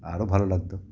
আরও ভালো লাগতো